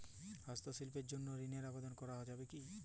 হস্তশিল্পের জন্য ঋনের আবেদন করা যাবে কি?